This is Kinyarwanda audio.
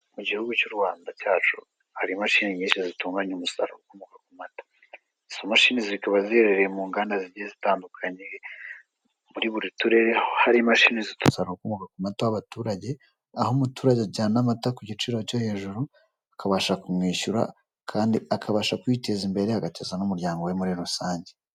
Mu gihugu cy'u Rwanda cyacu, hari imashini nyinshi zitunganya umusaruro ukomoka ku mata, izo mashini zikaba ziherereye mu nganda zigiye zitandukanye, muri buri turere aho hari imashini zifata umusaruro ukomoka ku mata w'abaturage ajyana amata ku giciro cyo hejuru bakabasha kumwishyura, akabasha kwiteza imbere agateza n'umuryango we muri rusange.